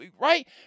right